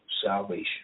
salvation